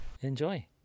enjoy